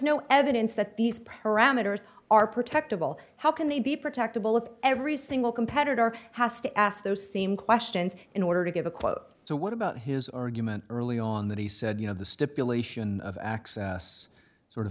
no evidence that these parameters are protected ball how can they be protectable if every single competitor has to ask those same questions in order to get a quote so what about his argument early on that he said you know the stipulation of access sort of